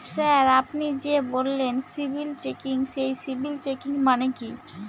Sir আপনি যে বললেন সিবিল চেকিং সেই সিবিল চেকিং মানে কি?